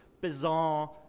bizarre